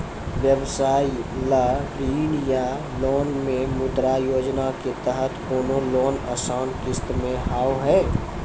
व्यवसाय ला ऋण या लोन मे मुद्रा योजना के तहत कोनो लोन आसान किस्त मे हाव हाय?